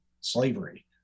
slavery